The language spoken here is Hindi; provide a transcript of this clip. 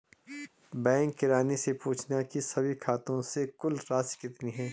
बैंक किरानी से पूछना की सभी खाते से कुल राशि कितनी है